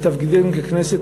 ותפקידנו ככנסת,